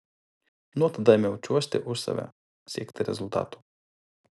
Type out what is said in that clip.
nuo tada ėmiau čiuožti už save siekti rezultatų